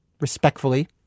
respectfully